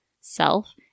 self